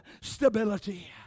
stability